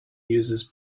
users